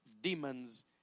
demons